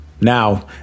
Now